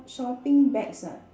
shopping bags ah